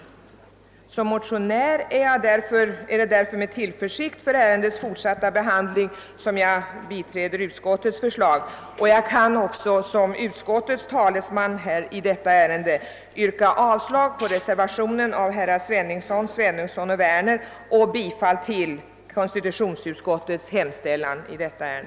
Beträffande ärendets fortsatta behandling biträder jag därför som motionär med tillförsikt utskottets förslag, och jag kan också som utskottets talesman i detta ärende yrka avslag på reservationen av herrar Sveningsson, Svenungsson och Werner samt bifall till konstitutionsutskottets hemställan.